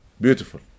Beautiful